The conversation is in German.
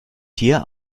tier